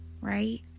Right